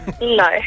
No